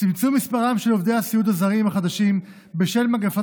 צמצום מספרם של עובדי הסיעוד הזרים החדשים בשל מגפת